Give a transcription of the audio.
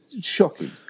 Shocking